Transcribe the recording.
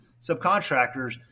subcontractors